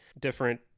different